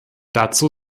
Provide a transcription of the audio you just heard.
dazu